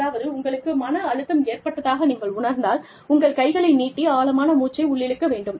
அதாவது உங்களுக்கு மன அழுத்தம் ஏற்பட்டதாக நீங்கள் உணர்ந்தால் உங்கள் கைகளை நீட்டி ஆழமாக மூச்சை உள்ளிழுக்க வேண்டும்